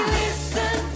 listen